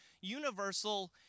universal